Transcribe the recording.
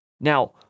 Now